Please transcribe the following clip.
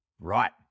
Right